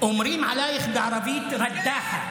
אומרים עלייך בערבית "קדאחה".